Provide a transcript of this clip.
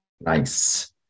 Nice